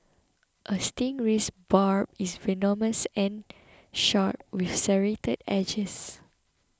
a stingray's barb is venomous and sharp with serrated edges